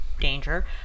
danger